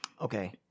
Okay